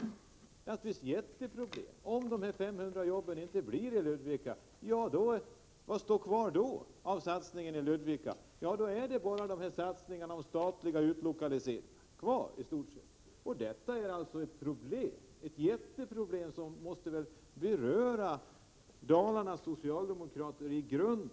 Det är naturligtvis jätteproblem. Om det inte blir någonting med dessa 500 jobb i Ludvika, vad står då kvar av satsningen i Ludvika? Då är bara de statliga utlokaliseringarna kvar i stort sett. Detta är jätteproblem som måste beröra Dalarnas socialdemokrater i grunden.